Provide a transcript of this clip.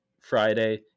Friday